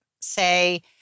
say